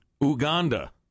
Uganda